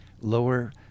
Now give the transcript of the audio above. lower